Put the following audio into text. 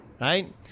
right